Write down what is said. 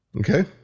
Okay